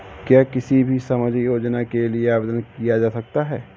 क्या किसी भी सामाजिक योजना के लिए आवेदन किया जा सकता है?